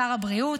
שר הבריאות,